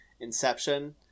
inception